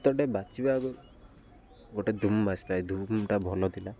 ଏତଟେ ବାଛିବା ଆଗ ଗୋଟେ ଧୁମ୍ ବାସିଥାଏ ଧୁମଟା ଭଲ ଥିଲା